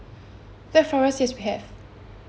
black forest yes we have